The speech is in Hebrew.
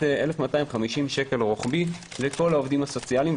1,200 שקל באופן רוחבי לכל העובדים הסוציאליים.